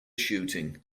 shooting